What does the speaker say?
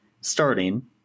starting